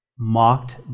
Mocked